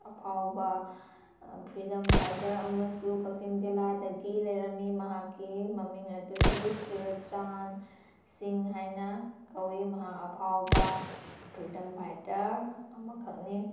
ꯑꯐꯥꯎꯕ freedom fighter ꯑꯃꯁꯨ ꯀꯛꯆꯤꯡ ꯖꯤꯜꯂꯥꯗꯒꯤ ꯂꯩꯔꯝꯃꯤ ꯃꯍꯥꯛꯀꯤ ꯃꯃꯤꯡ ꯑꯗꯨꯗꯤ ꯆꯨꯔꯆꯥꯟꯁꯤꯡ ꯍꯥꯏꯅ ꯀꯧꯏ ꯃꯍꯥꯛ ꯑꯐꯥꯎꯕ ꯐ꯭ꯔꯤꯗꯝ ꯐꯥꯏꯇꯔ ꯑꯃꯈꯛꯅꯤ